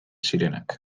zirenak